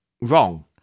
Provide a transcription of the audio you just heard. wrong